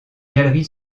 galerie